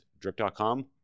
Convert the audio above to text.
drip.com